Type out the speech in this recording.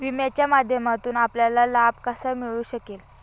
विम्याच्या माध्यमातून आपल्याला लाभ कसा मिळू शकेल?